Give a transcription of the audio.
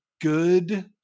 good